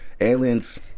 Aliens